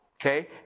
okay